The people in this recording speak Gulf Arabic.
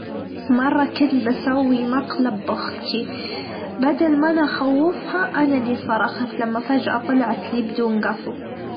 مرة كنت بسوي مقلب بأختي بدل ما أنا أخوفها أنا اللي صرخت لما فجأة طلعت لي بدون جصد.